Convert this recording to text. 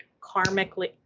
karmically